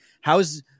How's